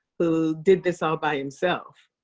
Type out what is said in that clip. who did this all by himself,